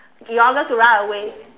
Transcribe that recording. in order to run away